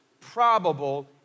probable